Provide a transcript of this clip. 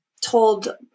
told